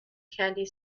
candy